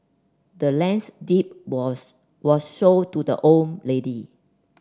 the land's deed was was sold to the old lady